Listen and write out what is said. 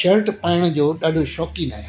shirt पाइण जो ॾाढो शौंकिनि आहियां